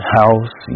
house